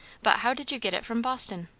but how did you get it from boston?